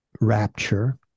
rapture